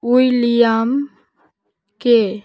William কে